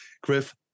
Griff